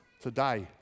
today